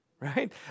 right